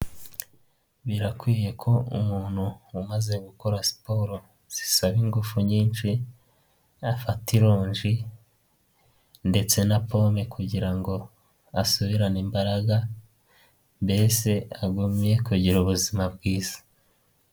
Birakwiye ko umuntu umaze gukora siporo zisaba ingufu nyinshi, afatata ironji ndetse na pome kugira ngo asubirane imbaraga, mbese agumye kugira ubuzima bwiza.